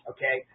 Okay